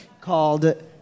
called